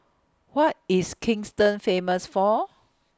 What IS Kingston Famous For